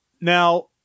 now